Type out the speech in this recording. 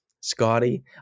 Scotty